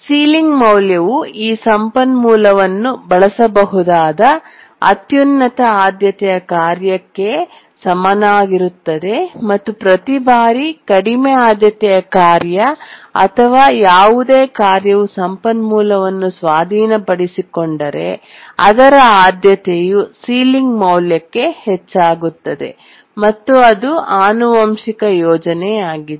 ceiling ಮೌಲ್ಯವು ಆ ಸಂಪನ್ಮೂಲವನ್ನು ಬಳಸಬಹುದಾದ ಅತ್ಯುನ್ನತ ಆದ್ಯತೆಯ ಕಾರ್ಯಕ್ಕೆ ಸಮನಾಗಿರುತ್ತದೆ ಮತ್ತು ಪ್ರತಿ ಬಾರಿ ಕಡಿಮೆ ಆದ್ಯತೆಯ ಕಾರ್ಯ ಅಥವಾ ಯಾವುದೇ ಕಾರ್ಯವು ಸಂಪನ್ಮೂಲವನ್ನು ಸ್ವಾಧೀನಪಡಿಸಿಕೊಂಡರೆ ಅದರ ಆದ್ಯತೆಯು ಸೀಲಿಂಗ್ ಮೌಲ್ಯಕ್ಕೆ ಹೆಚ್ಚಾಗುತ್ತದೆ ಮತ್ತು ಅದು ಆನುವಂಶಿಕ ಯೋಜನೆಯಾಗಿದೆ